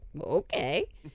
okay